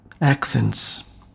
accents